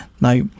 Now